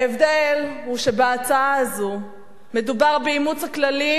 ההבדל הוא שבהצעה הזאת מדובר באימוץ הכללים